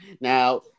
Now